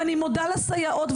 ואני מודה לסייעות,